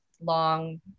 long